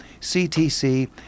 CTC